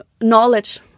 knowledge